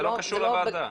זה לא קשור לוועדה.